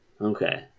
Okay